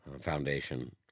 foundation